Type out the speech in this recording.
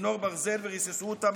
בצינור ברזל, וריססו אותם